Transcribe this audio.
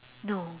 no